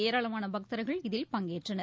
ஏராளமான பக்தர்கள் இதில் பங்கேற்றனர்